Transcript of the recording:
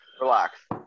Relax